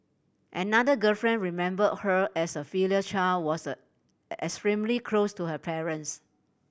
another girlfriend remember her as a filial child was extremely close to her parents